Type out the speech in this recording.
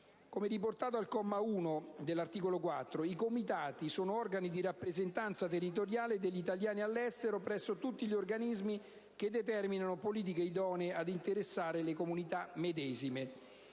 Come riportato al comma 1 dell'articolo 4, «i Comitati sono organi di rappresentanza territoriale degli italiani all'estero presso tutti gli organismi che determinano politiche idonee ad interessare le comunità medesime».